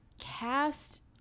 cast